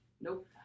Nope